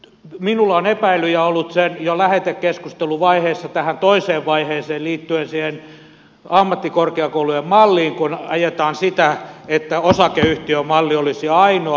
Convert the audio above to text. minulla on epäilyjä ollut jo lähetekeskusteluvaiheessa tähän toiseen vaiheeseen liittyen siitä ammattikorkeakoulujen mallista kun ajetaan sitä että osakeyhtiömalli olisi ainoa